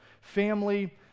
family